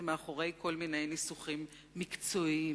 מאחורי כל מיני ניסוחים מקצועיים,